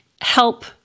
help